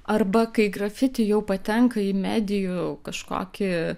arba kai grafiti jau patenka į medijų kažkokį